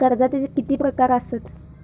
कर्जाचे किती प्रकार असात?